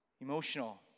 Emotional